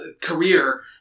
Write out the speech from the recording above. career